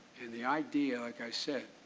and the idea, like i said,